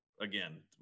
again